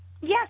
Yes